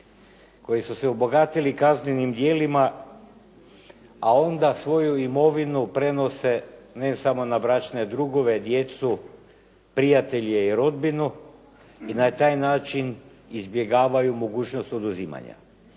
koji su se obogatili kaznenim djelima, a onda svoju imovinu prenose ne samo na bračne drugove, djecu, prijatelje i rodbinu i na taj način izbjegavaju mogućnost oduzimanja.